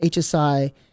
HSI